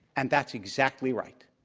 and that's exactly right.